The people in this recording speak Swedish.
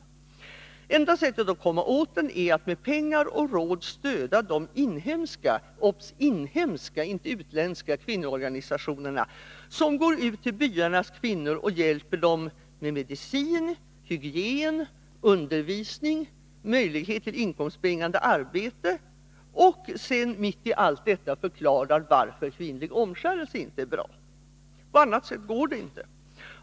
Det enda sättet att komma åt den är att med pengar och råd stödja de inhemska — obs. inhemska, inte utländska — kvinnoorganisationerna, som går ut till byarnas kvinnor och hjälper dem med medicin, hygien, undervisning, möjlighet till inkomstbringande arbete, och som, mitt i allt detta, förklarar varför kvinnlig omskärelse inte är bra. På annat sätt går det inte.